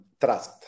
trust